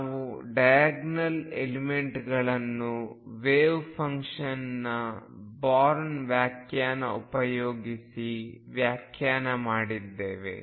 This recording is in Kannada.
ನಾವು ಡಯಾಗನಲ್ ಎಲಿಮೆಂಟ್ ಗಳನ್ನು ವೇವ್ ಫಂಕ್ಷನ್ನ ಬಾರ್ನ್ ವ್ಯಾಖ್ಯಾನ ಉಪಯೋಗಿಸಿ ವ್ಯಾಖ್ಯಾನ ಮಾಡಿದ್ದೇವೆ